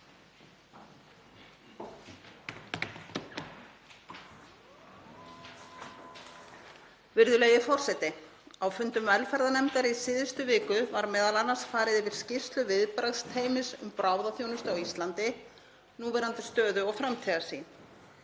Virðulegi forseti. Á fundum velferðarnefndar í síðustu viku var m.a. farið yfir skýrslu viðbragðsteymis um bráðaþjónustu á Íslandi, núverandi stöðu og framtíðarsýn.